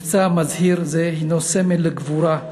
מבצע מזהיר זה הנו סמל לגבורה,